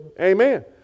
Amen